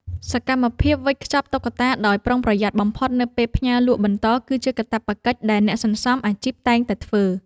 សកម្មភាពវេចខ្ចប់តុក្កតាដោយប្រុងប្រយ័ត្នបំផុតនៅពេលផ្ញើលក់បន្ត គឺជាកាតព្វកិច្ចដែលអ្នកសន្សំអាជីពតែងតែធ្វើ។